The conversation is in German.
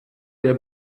der